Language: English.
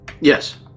Yes